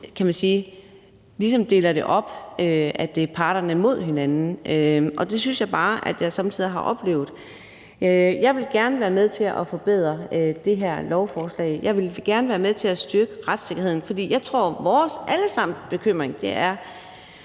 at man ligesom ikke deler det op, altså at det er parterne mod hinanden, og det synes jeg bare jeg somme tider har oplevet. Jeg vil gerne være med til at forbedre det her lovforslag, og jeg vil gerne være med til at styrke retssikkerheden. For jeg tror netop også, vores alle sammens bekymring er